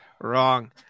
Wrong